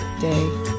day